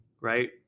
right